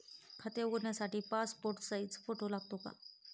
खाते उघडण्यासाठी passport size photo लागतो का?